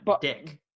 dick